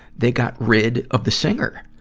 they got rid of the singer.